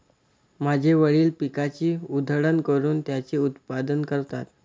माझे वडील पिकाची उधळण करून त्याचे उत्पादन करतात